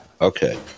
Okay